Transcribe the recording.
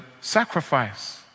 sacrifice